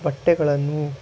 ಬಟ್ಟೆಗಳನ್ನು